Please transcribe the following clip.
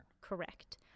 Correct